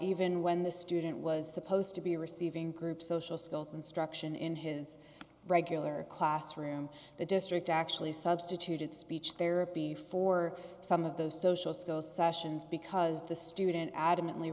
even when the student was supposed to be receiving group social skills instruction in his regular classroom the district actually substituted speech therapy for some of those social skills sessions because the student adamantly